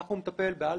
כך הוא מטפל באלצהיימר,